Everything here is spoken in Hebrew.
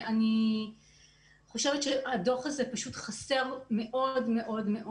אני חושבת שהדוח הזה פשוט חסר מאוד מאוד מאוד.